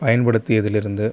பயன்படுத்தியதிலிருந்து